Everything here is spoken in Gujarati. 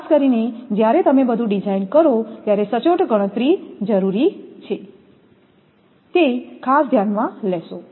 ખાસ કરીને જ્યારે તમે બધું ડિઝાઇન કરો ત્યારે સચોટ ગણતરી જરૂરી છે તે ખાસ ધ્યાનમાં લેશો